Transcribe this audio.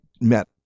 met